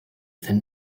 than